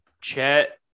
chet